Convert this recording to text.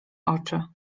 oczy